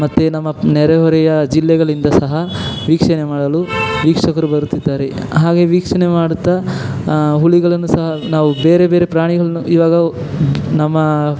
ಮತ್ತು ನಮ್ಮ ನೆರೆಹೊರೆಯ ಜಿಲ್ಲೆಗಳಿಂದ ಸಹ ವೀಕ್ಷಣೆ ಮಾಡಲು ವೀಕ್ಷಕರು ಬರುತ್ತಿದ್ದಾರೆ ಹಾಗೇ ವೀಕ್ಷಣೆ ಮಾಡುತ್ತಾ ಹುಲಿಗಳನ್ನೂ ಸಹ ನಾವು ಬೇರೆ ಬೇರೆ ಪ್ರಾಣಿಗಳನ್ನು ಇವಾಗ ನಮ್ಮ